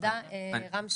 תודה לרם שפע.